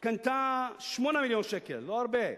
קנתה 8 מיליון שקל, לא הרבה.